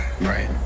right